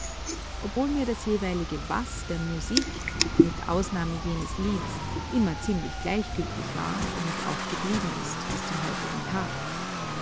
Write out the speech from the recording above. obwohl mir das jeweilige was der musik mit ausnahme jenes lieds immer ziemlich gleichgültig war und auch geblieben ist bis zum heutigen tag